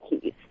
keys